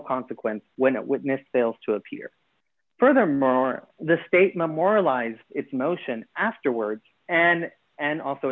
consequence when it witnessed fails to appear furthermore the state memorialized its motion afterwards and and also